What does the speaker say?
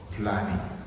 planning